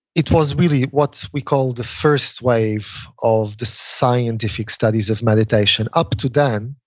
it was really what we call the first wave of the scientific studies of meditation. up to then,